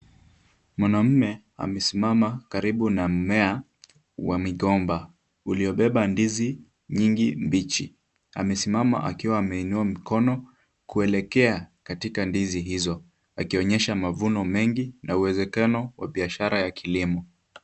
Mwanamume amesimama karibu na mmea wa migomba uliobeba ndizi nyingi mbichi. Amesimama akiwa ameinua mkono kuelekea katika ndizi hizo akionyesha mavuno mengi na uwezekano wa biashara ya kilimo.